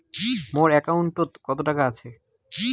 মোর একাউন্টত কত টাকা আছে?